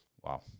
Wow